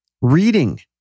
Reading